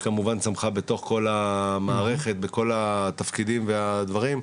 שכמובן צמחה בתוך כל המערכת בכל התפקידים והדברים,